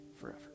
forever